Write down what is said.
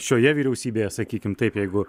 šioje vyriausybėje sakykim taip jeigu